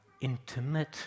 intimate